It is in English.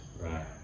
Right